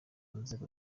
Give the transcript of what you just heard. nzego